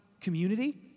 community